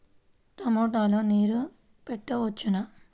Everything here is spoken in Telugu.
టమాట లో నీరు పెట్టవచ్చునా?